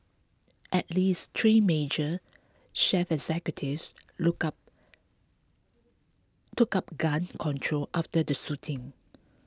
at least three major chief executives look up took up gun control after the shooting